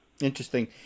Interesting